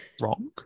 wrong